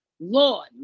Lord